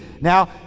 Now